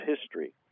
history